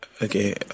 Okay